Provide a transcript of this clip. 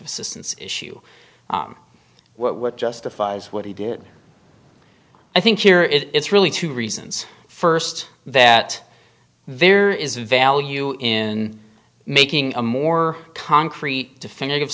assistance issue what justifies what he did i think here it's really two reasons first that there is value in making a more concrete definitive